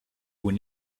will